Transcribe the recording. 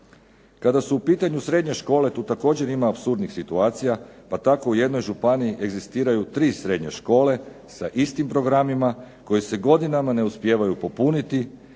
Kada su u pitanju srednje škole tu također ima apsurdnih situacija, pa tako u jednoj županiji egzistiraju tri srednje škole sa istim programima koji se godinama ne uspijevaju popuniti